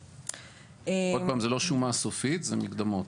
זה לא שומה סופית, זה מקדמות.